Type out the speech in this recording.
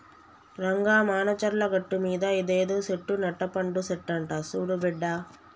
రంగా మానచర్ల గట్టుమీద ఇదేదో సెట్టు నట్టపండు సెట్టంట సూడు బిడ్డా